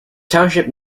township